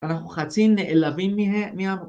אנחנו חצי נעלבים מה...